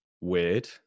weird